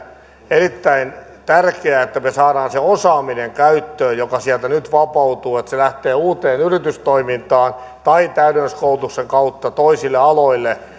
erittäin tärkeää että me saamme sen osaamisen käyttöön joka sieltä nyt vapautuu että se lähtee uuteen yritystoimintaan tai täydennyskoulutuksen kautta toisille aloille